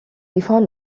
before